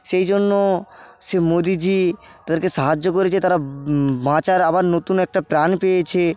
সেই জন্য সে মোদিজী তাদেরকে সাহায্য করেছে তারা বাঁচার আবার নতুন একটা প্রাণ পেয়েছে